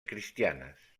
cristianes